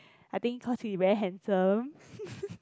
I think cause he very handsome